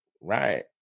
Right